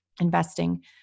investing